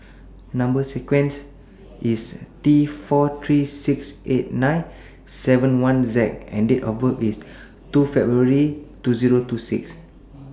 Number sequence IS T four three six eight nine seven one Z and Date of birth IS two February two Zero two six